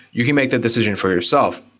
you can make that decision for yourself.